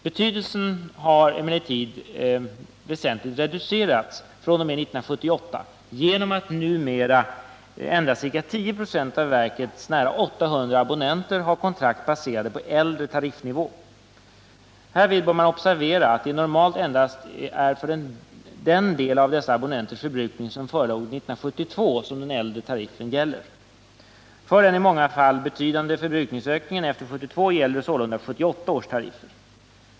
Betydelsen härav har emellertid reducerats väsentligt fr.o.m. 1978 genom att numera endast ca 10 26 av verkets nära 800 abonnenter har kontrakt baserade på äldre tariffnivå. Härvid bör observeras att det normalt endast är för den del av dessa abonnenters förbrukning som förelåg 1972 som den äldre tariffen gäller. För den i många fall betydande 65 förbrukningsökningen efter 1972 gäller sålunda 1978 års tariffer.